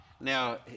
Now